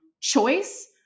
choice